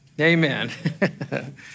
Amen